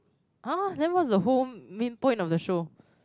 !huh! then what's the whole main point of the show